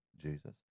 Jesus